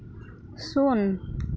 ᱥᱩᱱ